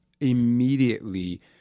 immediately